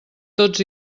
tots